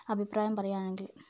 അഭിപ്രായം പറയുകയാണെങ്കിൽ